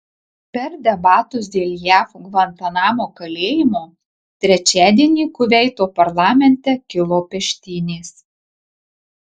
per debatus dėl jav gvantanamo kalėjimo trečiadienį kuveito parlamente kilo peštynės